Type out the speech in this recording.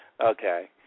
Okay